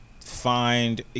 find